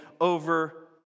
over